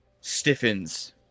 stiffens